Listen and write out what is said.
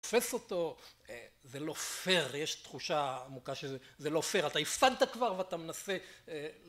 תופס אותו זה לא פייר יש תחושה עמוקה שזה לא פייר אתה הפסדת כבר ואתה מנסה